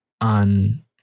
On